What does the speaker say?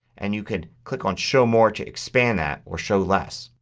and you could click on show more to expand that or show less.